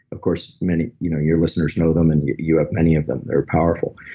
of course many. you know your listeners know them, and you you have many of them. they're powerful.